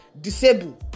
Disable